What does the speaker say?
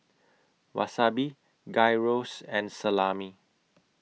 Wasabi Gyros and Salami